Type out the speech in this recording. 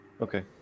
Okay